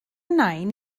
nain